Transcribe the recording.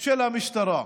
של המשטרה: